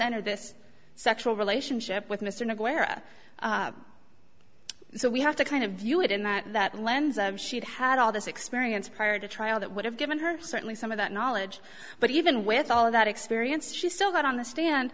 entered this sexual relationship with mr nowhere so we have to kind of view it in that lens she'd had all this experience prior to trial that would have given her certainly some of that knowledge but even with all of that experience she still got on the stand